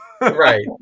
Right